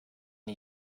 you